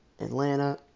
Atlanta